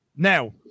Now